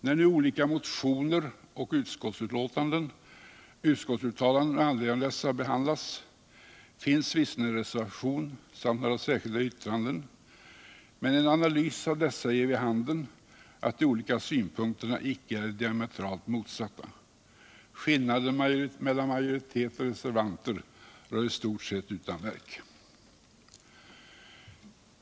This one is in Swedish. När nu olika motioner och utskottsuttalanden med anledning av dessa behandlas finns visserligen en reservation samt några särskilda yttranden, men en analys av dessa ger vid handen att de olika synpunkterna icke är diametralt motsatta. Skillnaden mellan majoritet och reservanter rör i stort sett utanverk.